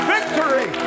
Victory